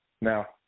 now